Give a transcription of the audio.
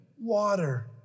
water